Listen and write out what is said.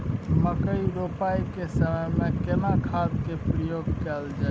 मकई रोपाई के समय में केना खाद के प्रयोग कैल जाय?